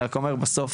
אני רק אומר בסוף,